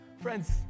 Friends